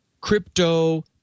crypto